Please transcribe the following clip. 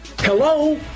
Hello